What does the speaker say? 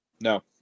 No